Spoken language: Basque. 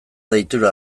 deitura